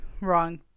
wrong